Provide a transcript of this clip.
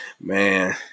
Man